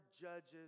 judges